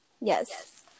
Yes